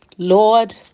Lord